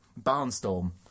barnstorm